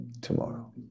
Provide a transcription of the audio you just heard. tomorrow